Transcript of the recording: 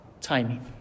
timing